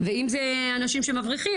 ואם זה אנשים שמבריחים,